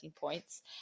points